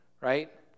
Right